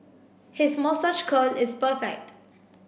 his moustache curl is perfect